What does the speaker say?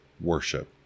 worship